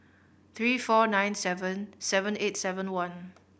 three four nine seven seven eight seven one